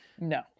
No